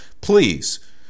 please